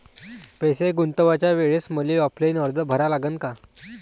पैसे गुंतवाच्या वेळेसं मले ऑफलाईन अर्ज भरा लागन का?